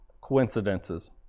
coincidences